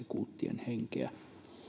kuuttien henkeä